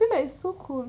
feel like it's so cool